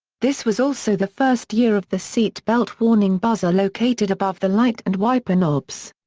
this was also the first year of the seatbelt warning buzzer located above the light and wiper knobs.